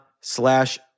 slash